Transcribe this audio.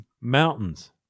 mountains